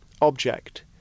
object